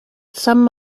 some